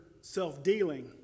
self-dealing